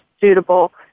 suitable